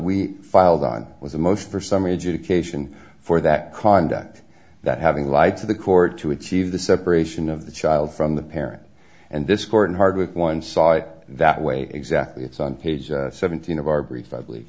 we filed on was the most for some education for that conduct that having lied to the court to achieve the separation of the child from the parent and this court hardwick one saw it that way exactly it's on page seventeen of our brief